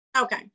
Okay